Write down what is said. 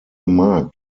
markt